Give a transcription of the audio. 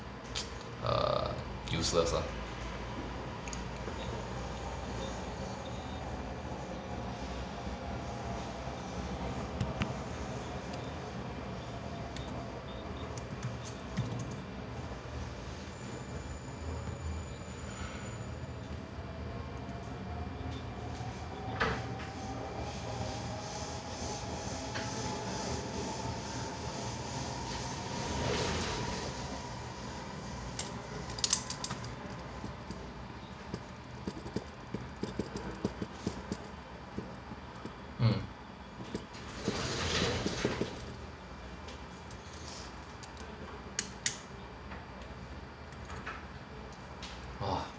err useless lah mm orh